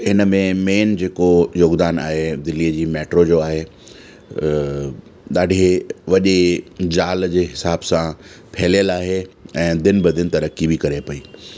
हिन में मेन जेको योगदानु आहे दिल्लीअ जी मैट्रो जो आहे ॾाढे वॾे जाल जे हिसाब सां फहिलियलु आहे ऐं दिन ब दिन तरक़ी बि करे पई